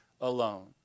alone